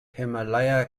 himalaya